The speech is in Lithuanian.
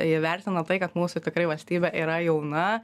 įvertina tai kad mūsų tikrai valstybė yra jauna